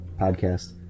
podcast